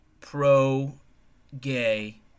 pro-gay